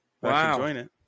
Wow